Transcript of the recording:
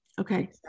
Okay